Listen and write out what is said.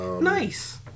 Nice